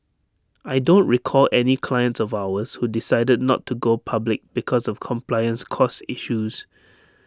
I don't recall any clients of ours who decided not to go public because of compliance costs issues